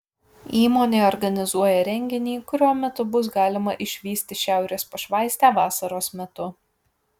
įmonė organizuoja renginį kurio metu bus galima išvysti šiaurės pašvaistę vasaros metu